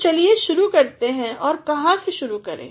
तो चलिए शुरू करते हैं और कहाँ से शुरू करें